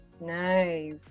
Nice